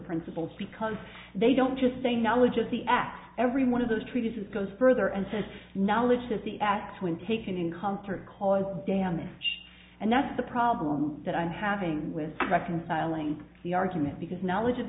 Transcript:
principles because they don't just say knowledge of the act every one of those treatises goes further and says knowledge that the act when taken in concert caused damage and that's the problem that i'm having with reconciling the argument because knowledge of